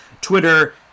Twitter